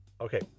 Okay